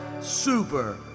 super